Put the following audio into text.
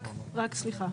רק סליחה.